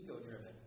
ego-driven